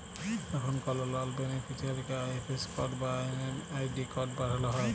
যখন কল লন বেনিফিসিরইকে আই.এফ.এস কড বা এম.এম.আই.ডি কড পাঠাল হ্যয়